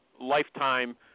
lifetime